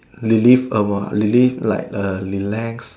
relive about relive like a relax